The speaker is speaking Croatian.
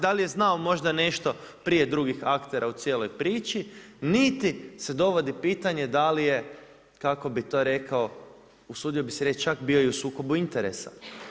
Da li je znao možda nešto prije drugih aktera u cijeloj priči, niti se dovodi u pitanje, kako je, kako bi to rekao, usudio bi se reći, čak bio i u sukobu interesa.